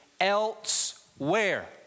elsewhere